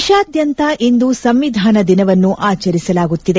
ದೇತಾದ್ಯಂತ ಇಂದು ಸಂವಿಧಾನ ದಿನವನ್ನು ಆಚರಿಸಲಾಗುತ್ತಿದೆ